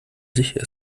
sich